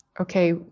okay